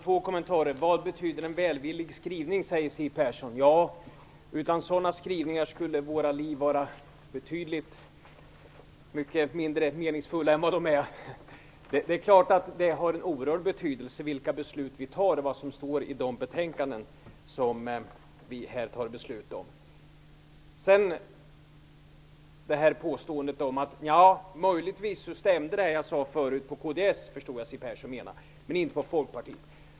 Fru talman! Siw Persson frågar vad en välvillig skrivning betyder. Utan sådana skrivningar skulle våra liv vara betydligt mindre meningsfulla än vad de är. Det är klart att det har en oerhörd betydelse vilka beslut vi fattar och vad som står i de betänkanden som vi här tar beslut om. När det gäller det som jag sade om att man kan ha olika uppfattningar som majoritet och i opposition förstod jag att Siw Persson menade att det stämmer för kds men inte för Folkpartiet.